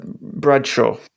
Bradshaw